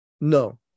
no